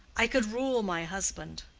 i could rule my husband,